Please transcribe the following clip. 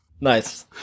nice